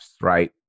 right